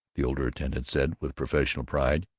the older attendant said, with professional pride.